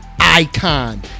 Icon